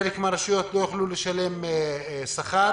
חלק מהרשויות לא יוכלו לשלם שכר,